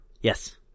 Yes